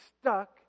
stuck